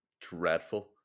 dreadful